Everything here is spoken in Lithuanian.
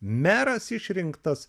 meras išrinktas